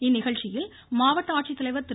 இந்நிகழ்ச்சியில் மாவட்ட ஆட்சித்தலைவர் திரு